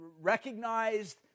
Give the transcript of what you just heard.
recognized